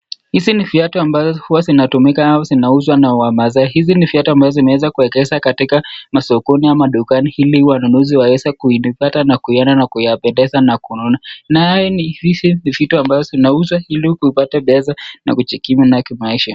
Viatu ambayo huwa zinatumika au zinauzwa na wamasaai. Zimeweza kuegezwa kwenye masokoni ama dukani ili wanunuzi waeze kuitazama ,kuiona na kununua. Zinauzwa ili kupata pesa na kujikimu nayo kimaisha.